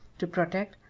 to protect,